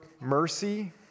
mercy